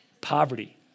poverty